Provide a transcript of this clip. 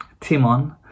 Timon